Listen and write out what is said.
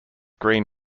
green